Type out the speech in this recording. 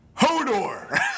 HODOR